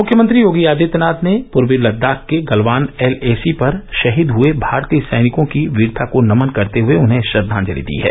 मुख्यमंत्री योगी आदित्यनाथ ने पूर्वी लददाख के गलवान एलएसी पर शहीद हए भारतीय सैनिकों की वीरता को नमन करते हए उन्हें श्रद्वांजलि दी है